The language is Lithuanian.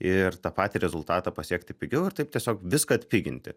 ir tą patį rezultatą pasiekti pigiau ir taip tiesiog viską atpiginti